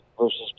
versus